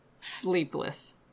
Sleepless